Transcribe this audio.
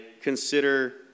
consider